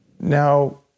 Now